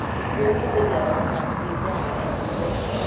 the spirits of the dead are thought to be abroad, as in brittany.